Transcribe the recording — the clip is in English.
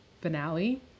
finale